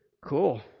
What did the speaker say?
Cool